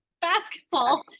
basketball